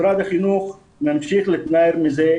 משרד החינוך ממשיך להתנער מזה,